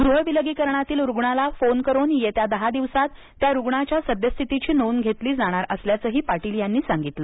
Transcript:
गृहविलगीकरणातील रूग्णाला फोन करून येत्या दहा दिवसांत या रूग्णाची सद्यस्थितीची नोंद घेतली जाणार असल्याचेही पाटील यांनी सांगितले